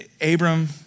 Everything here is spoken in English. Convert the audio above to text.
Abram